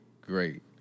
great